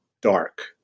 dark